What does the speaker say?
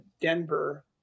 Denver